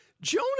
Jonah